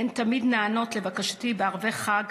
הן תמיד נענות לבקשתי בערבי חג,